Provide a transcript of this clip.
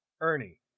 Ernie